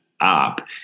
up